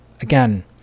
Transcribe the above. again